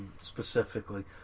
specifically